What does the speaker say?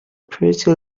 pretty